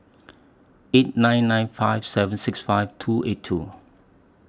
eight nine nine five seven six five two eight two